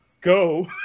go